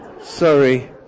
Sorry